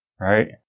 right